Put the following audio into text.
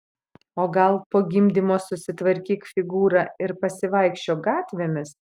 o gal po gimdymo susitvarkyk figūrą ir pasivaikščiok gatvėmis